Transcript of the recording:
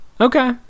okay